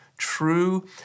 true